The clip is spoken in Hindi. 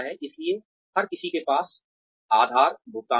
इसलिए हर किसी के पास आधार भुगतान है